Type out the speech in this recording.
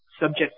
subject